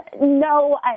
No